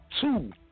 Two